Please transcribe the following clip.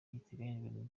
giteganyijwe